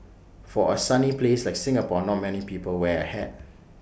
for A sunny place like Singapore not many people wear A hat